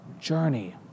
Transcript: journey